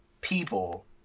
people